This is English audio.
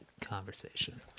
conversation